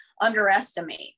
underestimate